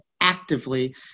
actively